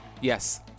Yes